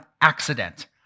accident